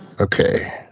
Okay